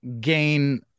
gain